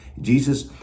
Jesus